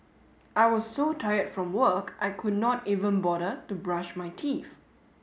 I was so tired from work I could not even bother to brush my teeth